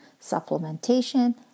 supplementation